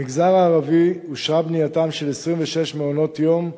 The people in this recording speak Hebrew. במגזר הערבי אושרה בנייתם של 26 מעונות יום חדשים,